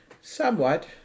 Somewhat